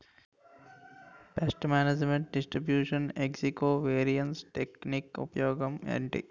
paste management distribution eddy covariance technique ఉపయోగం ఏంటి